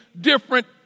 different